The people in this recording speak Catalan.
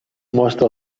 mostra